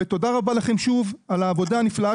ותודה רבה לכם שוב על העבודה הנפלאה